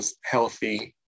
healthy